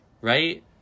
Right